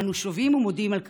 אנו שבים ומודים על כך,